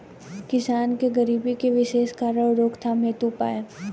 किसान के गरीबी के विशेष कारण रोकथाम हेतु उपाय?